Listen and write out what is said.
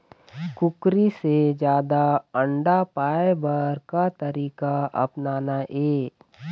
कुकरी से जादा अंडा पाय बर का तरीका अपनाना ये?